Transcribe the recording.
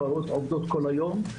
עובדות כל היום,